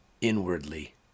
inwardly